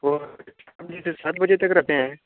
सात बजे तक रहते हैं